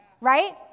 right